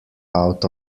out